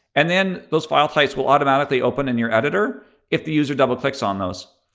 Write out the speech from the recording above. and then those file types will automatically open in your editor if the user double-clicks on those.